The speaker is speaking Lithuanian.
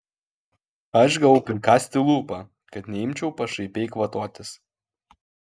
aš gavau prikąsti lūpą kad neimčiau pašaipiai kvatotis